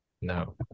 No